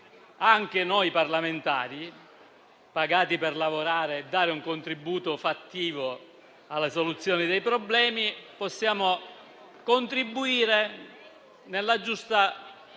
anche noi parlamentari, pagati per lavorare e dare un contributo fattivo alla soluzione dei problemi, possiamo contribuire nella giusta